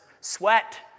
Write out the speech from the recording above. Sweat